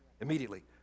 immediately